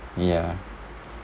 ya